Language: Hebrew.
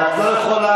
אבל את לא יכולה,